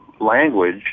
language